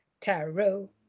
Tarot